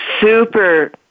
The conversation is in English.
super